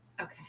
Okay